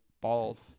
bald